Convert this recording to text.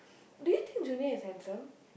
do you think Junior is handsome